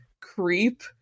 creep